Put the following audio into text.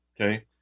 Okay